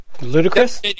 ludicrous